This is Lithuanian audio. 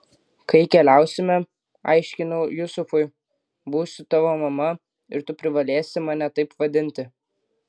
kai keliausime aiškinau jusufui būsiu tavo mama ir tu privalėsi mane taip vadinti